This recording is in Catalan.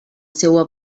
seua